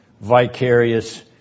vicarious